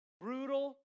brutal